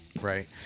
right